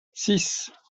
six